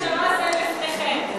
לפניכם.